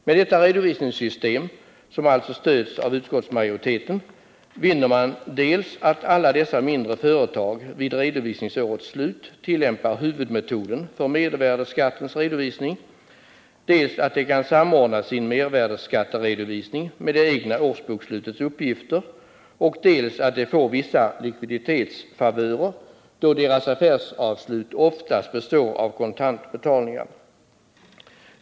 Med detta redovisningssystem, som alltså stöds av utskottsmajoriteten, vinner man dels att alla dessa mindre företag vid redovisningsårets slut tillämpar huvudmetoden för mervärdeskattens redovisning, dels att de kan samordna sin mervärdeskatteredovisning med det egna årsbokslutets uppgifter, dels att de får vissa likviditetsfavörer då deras affärsavslut oftast består av kontantbetalningar.